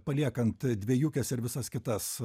paliekant dvejukes ir visas kitas